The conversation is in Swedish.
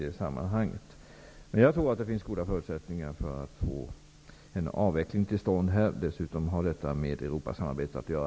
Jag tror att det finns goda förutsättningar för att få en avveckling av skatten till stånd. Detta har dessutom med Europasamarbetet att göra.